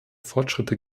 fortschritte